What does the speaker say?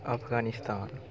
Afghanistan